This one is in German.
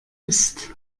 ist